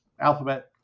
alphabet